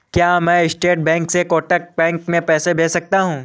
क्या मैं state bank से कोटक बैंक में पैसे भेज सकता हूँ?